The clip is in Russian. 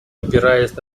опираясь